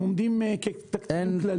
יש תקציב כללי.